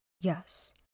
yes